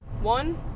One